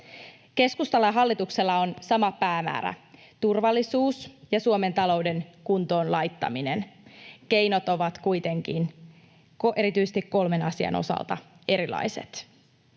Keskustalla ja hallituksella on sama päämäärä: turvallisuus ja Suomen talouden kuntoon laittaminen. Keinot ovat kuitenkin erityisesti kolmen asian osalta erilaiset.